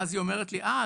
ואז היא אומרת לי: אה,